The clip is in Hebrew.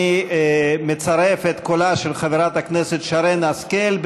אני מצרף את קולה של חברת הכנסת שרן השכל,